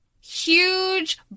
huge